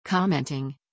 Commenting